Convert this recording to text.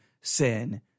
sin